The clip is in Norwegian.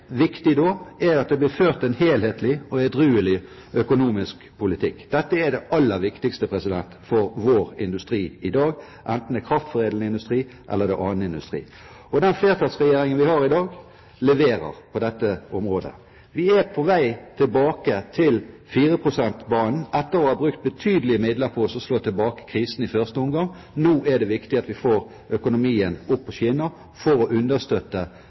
viktig da, er at det blir ført en helhetlig og edruelig økonomisk politikk. Dette er det aller viktigste for vår industri i dag, enten det er kraftkrevende industri, eller det er annen industri. Den flertallsregjeringen vi har i dag, leverer på dette området. Vi er på vei tilbake til 4 pst.-banen, etter å ha brukt betydelig med midler på å slå tilbake krisen i første omgang. Nå er det viktig at vi får økonomien opp på skinner, for å understøtte